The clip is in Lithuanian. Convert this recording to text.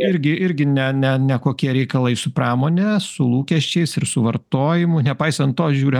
irgi irgi ne ne nekokie reikalai su pramone su lūkesčiais ir su vartojimu nepaisant to žiūriu